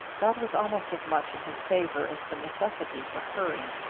that was almost as much in his favor as the necessity for hurry.